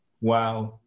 Wow